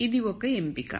ఇది ఒక ఎంపిక